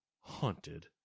Haunted